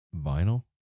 vinyl